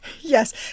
yes